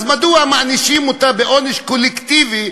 אז מדוע מענישים אותה בעונש קולקטיבי,